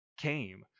came